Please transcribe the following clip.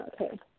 Okay